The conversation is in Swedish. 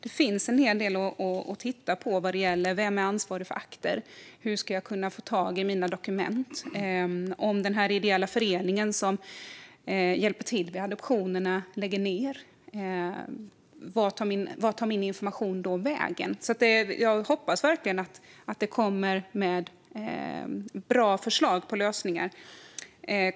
Det finns en hel del att titta på vad gäller vem som är ansvarig för akter, hur man ska kunna få tag i sina dokument om den ideella föreningen som hjälper till vid adoptioner lägger ned och vart informationen tar vägen. Jag hoppas verkligen att det kommer bra förslag på lösningar.